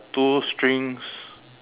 two strings